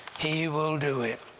he will do it!